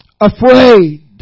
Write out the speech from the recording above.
afraid